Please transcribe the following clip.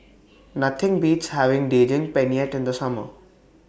Nothing Beats having Daging Penyet in The Summer